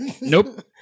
Nope